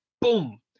boom